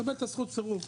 לקבל זכות סירוב.